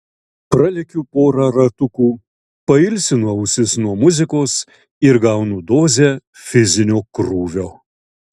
pralekiu porą ratukų pailsinu ausis nuo muzikos ir gaunu dozę fizinio krūvio